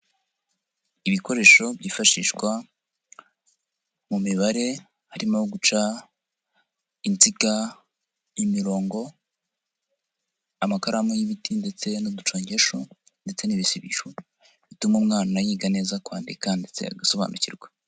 Ibikoresho byifashishwa mu mibare, harimo guca inziga, imirongo, amakaramu y'ibiti ndetse n'uducongesho ndetse n'ibisisho, bituma umwana yiga neza kwandika ndetse agasobanukirwa.